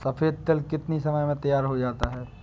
सफेद तिल कितनी समय में तैयार होता जाता है?